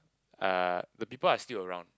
uh the people are still around